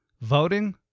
Voting